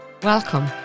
Welcome